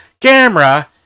camera